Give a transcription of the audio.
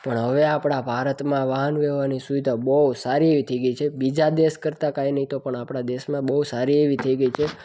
પણ હવે આપણાં ભારતમાં વાહન વ્યવહારની સુવિધા બહુ સારી એવી થઈ ગઈ છે બીજા દેશ કરતાં કાંઈ નહીં તો પણ આપણાં દેશમાં બહુ સારી એવી થઈ ગઈ છે